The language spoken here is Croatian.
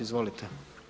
Izvolite.